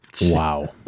Wow